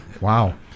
Wow